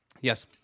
Yes